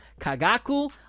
Kagaku